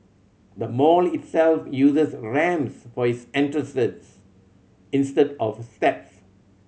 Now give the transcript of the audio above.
the mall itself uses ramps for its entrances instead of steps